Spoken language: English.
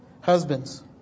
Husbands